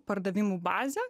pardavimų bazę